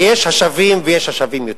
שיש שווים ויש שווים יותר.